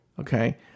okay